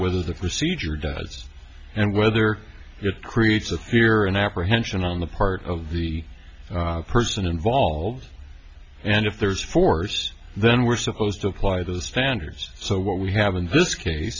whether the procedure does and whether it creates the fear and apprehension on the part of the person involved and if there's force then we're supposed to apply those standards so what we have in this case